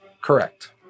Correct